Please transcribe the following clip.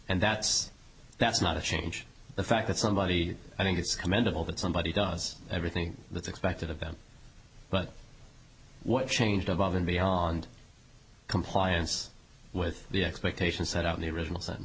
and that's that's not a change the fact that somebody i think it's commendable that somebody does everything that's expected of them but what changed evolve and beyond compliance with the expectations set out the original